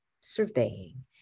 surveying